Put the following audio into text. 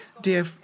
dear